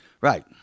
right